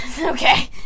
okay